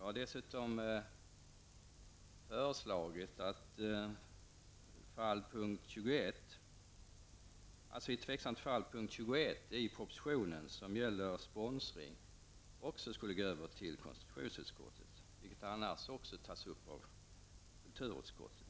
För övrigt har jag föreslagit att man när det gäller propositionens punkt 21, som gäller sponsring, i tveksamma fall skulle kunna gå över till konstitutionsutskottet, trots att saken annars bereds av kulturutskottet.